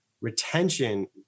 Retention